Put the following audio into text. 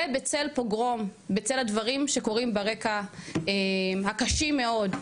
זה בצל פוגרום בצל הדברים שקורים ברקע הקשים מאוד.